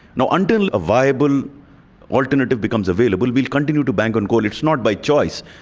you know until a viable alternative becomes available, we'll continue to bank on coal. it's not by choice,